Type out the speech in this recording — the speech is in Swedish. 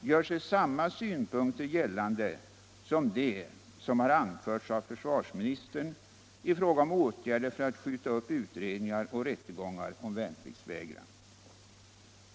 gör sig samma synpunkter gällande som de som har anförts av försvarsministern i fråga om åtgärder för att skjuta upp utredningar och rättegångar om värnpliktsvägran.